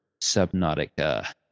subnautica